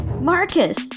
Marcus